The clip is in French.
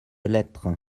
lettre